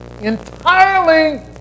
entirely